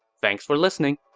thanks for listening!